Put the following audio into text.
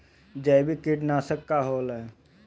जैविक कीटनाशक का होला?